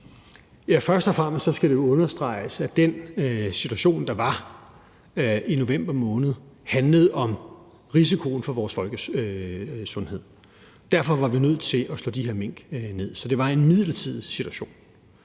Først og fremmest skal det understreges, at den situation, der var i november måned, handlede om risikoen for vores folkesundhed. Derfor var vi nødt til at slå de her mink ned. Så det var en midlertidig situation.